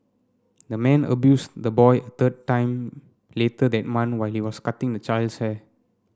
the man abused the boy a third time later that month while he was cutting the child's hair